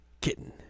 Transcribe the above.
Kitten